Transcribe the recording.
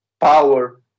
power